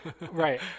Right